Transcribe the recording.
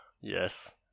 yes